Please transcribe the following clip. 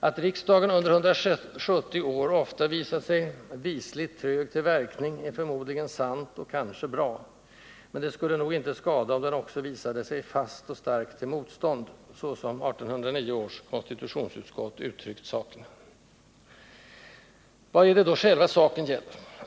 Att riksdagen under 170 år ofta visat sig ”visligt trög till verkning” är förmodligen sant och kanske bra, men det skulle nog inte skada om den också visade sig ”fast och stark till motstånd”, så som 1809 års konstitutionsutskott uttryckt saken. Vad är det då själva saken gäller?